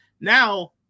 Now